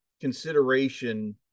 consideration